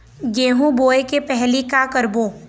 गेहूं बोए के पहेली का का करबो?